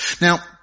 Now